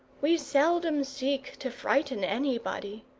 we seldom seek to frighten anybody.